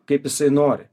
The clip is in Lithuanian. kaip jisai nori